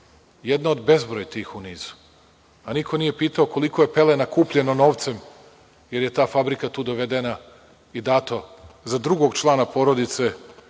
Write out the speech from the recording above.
Jedna od bezbroj tih u nizu, a niko nije pitao koliko je pelena kupljeno novcem, jer je ta fabrika tu dovedena i dato za drugog člana porodice,